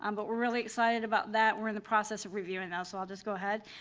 um but we're really excited about that. we're in the process of reviewing those, so i'll just go ahead.